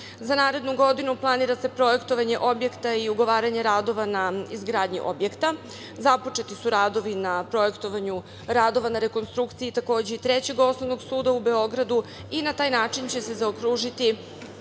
narednu godinu planira se projektovanje objekta i ugovaranje radova na izgradnji objekta. Započeti su radovi na projektovanju radova na rekonstrukciji takođe i Trećeg osnovnog suda u Beogradu i na taj način će se zaokružiti